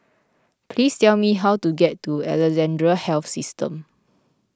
please tell me how to get to Alexandra Health System